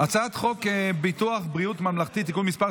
הצעת חוק ביטוח בריאות ממלכתי (תיקון מס'